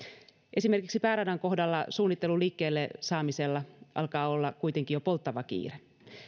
esimerkiksi pääradan kohdalla suunnittelun liikkeelle saamisella alkaa olla kuitenkin jo polttava kiire